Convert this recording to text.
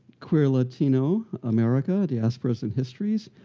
queer latino america diasporos and histories,